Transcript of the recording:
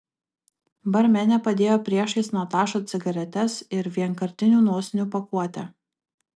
barmenė padėjo priešais natašą cigaretes ir vienkartinių nosinių pakuotę